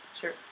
Sure